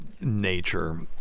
nature